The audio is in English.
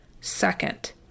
second